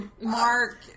Mark